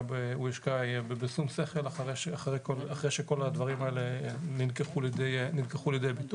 הוא יושקע בשום שכל אחרי שכל הדברים האלה נלקחו לידי ביטוי.